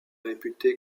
réputé